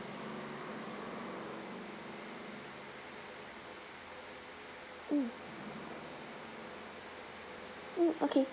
mm mm okay